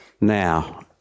Now